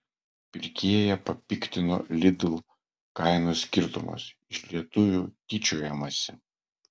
pirkėją papiktino lidl kainų skirtumas iš lietuvių tyčiojamasi